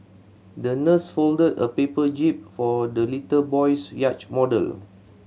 the nurse folded a paper jib for the little boy's yacht model